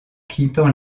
quittant